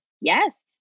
Yes